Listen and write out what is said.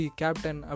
captain